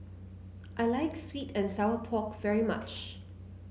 I like sweet and Sour Pork very much